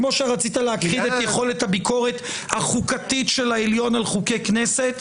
כפי שרצית להכחיד את יכולת הביקורת החוקתית של העליון על חוקי כנסת.